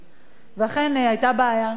היתה בעיה, לצערנו,